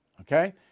okay